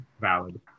valid